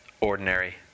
ordinary